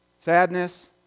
sadness